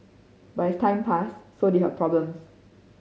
but as time passed so did her problems